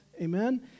Amen